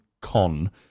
con